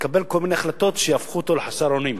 תקבל כל מיני החלטות שיהפכו אותו לחסר אונים,